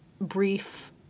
brief